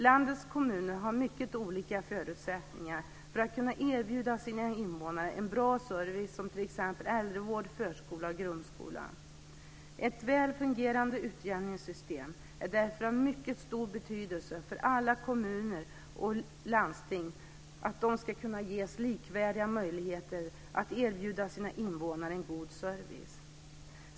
Landets kommuner har mycket olika förutsättningar för att kunna erbjuda sina invånare en bra service som t.ex. äldrevård, förskola och grundskola. Ett väl fungerande utjämningssystem är därför av mycket stor betydelse för att alla kommuner och landsting ska ges likvärdiga möjligheter att erbjuda sina invånare en god service.